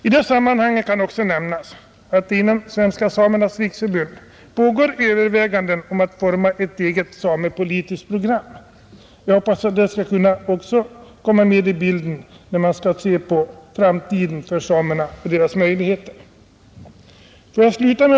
I det sammanhanget kan också nämnas att det inom Svenska samernas riksförbund pågår överväganden om att utforma ett eget samepolitiskt program. Jag hoppas att även det skall komma med i bilden när man granskar samernas framtida möjligheter. Fru talman!